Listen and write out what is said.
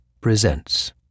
presents